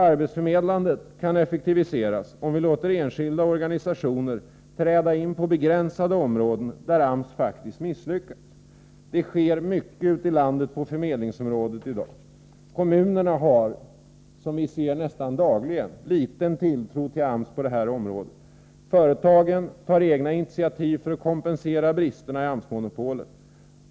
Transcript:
Arbetsförmedlandet kan effektiviseras, om vi låter enskilda och organisationer träda in på begränsade områden där AMS misslyckats. Det sker mycket ute i landet på förmedlingsområdet i dag. Kommunerna har, som vi ser nästan dagligen, liten tilltro till AMS på detta område. Företagen tar egna initiativ för att kompensera bristerna i AMS-monopolet.